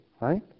right